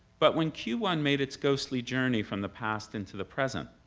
but when q one made its ghostly journey from the past into the present,